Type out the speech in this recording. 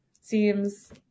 Seems